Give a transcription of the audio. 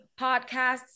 podcasts